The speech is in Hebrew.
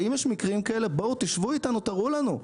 אם יש מקרים כאלה, בואו תשבו איתנו, תראו לנו.